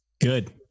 Good